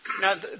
Now